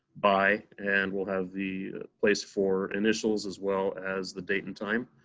by, and we'll have the place for initials as well as the date and time.